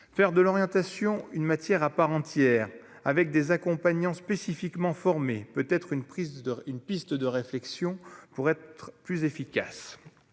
faire de l'orientation, une matière à part entière avec des accompagnants spécifiquement formés peut être une prise d'une piste de réflexion pour être plus efficace,